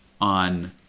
on